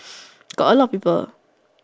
got a lot of people